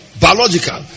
biological